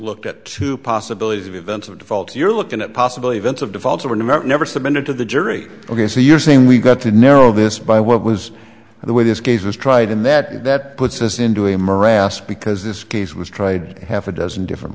look at two possibilities of events of default you're looking at possible events of default or not never submitted to the jury ok so you're saying we got to narrow this by what was the way this case was tried and that that puts us into a morass because this case was tried half a dozen different